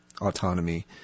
autonomy